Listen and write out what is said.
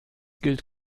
gilt